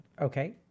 Okay